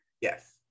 Yes